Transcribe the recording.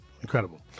incredible